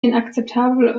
inakzeptabel